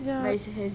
ya